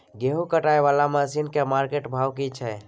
गेहूं कटाई वाला मसीन के मार्केट भाव की छै?